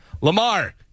Lamar